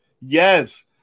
Yes